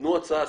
תנו הצעה,